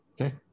Okay